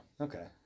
Okay